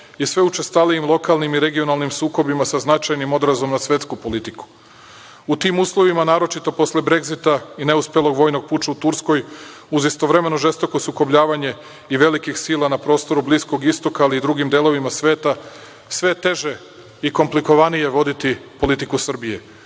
i sve učestalijim lokalnim i regionalnim sukobima sa značajnim odrazom na svetsku politiku.U tim uslovima, naročito posle Bregzita i neuspelog vojnog puča u Turskoj, uz istovremeno žestoko sukobljavanje i velikih sila na prostoru Bliskog Istoka ali i drugim delovima sveta, sve je teže i komplikovanije voditi politiku Srbije. Takođe,